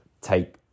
take